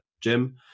Jim